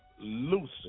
Lucy